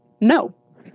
no